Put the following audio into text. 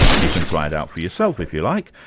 you can try it out for yourself, if you like,